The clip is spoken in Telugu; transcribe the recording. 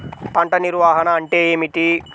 పంట నిర్వాహణ అంటే ఏమిటి?